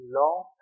long